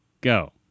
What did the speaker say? Go